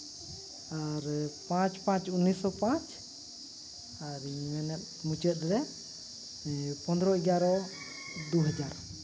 ᱟᱨ ᱯᱟᱸᱪ ᱯᱟᱸᱪ ᱩᱱᱤᱥᱚ ᱯᱟᱸᱪ ᱟᱨ ᱤᱧ ᱢᱮᱱᱮᱫ ᱢᱩᱪᱟᱹᱫ ᱨᱮ ᱯᱚᱫᱽᱨᱚ ᱮᱜᱟᱨᱚ ᱫᱩ ᱦᱟᱡᱟᱨ